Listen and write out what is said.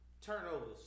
turnovers